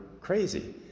crazy